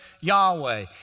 Yahweh